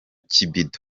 kibido